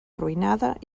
arruïnada